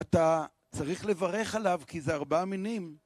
אתה צריך לברך עליו, כי זה ארבעה מינים.